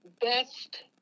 best